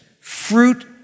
fruit